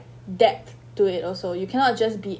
depth to it also you cannot just be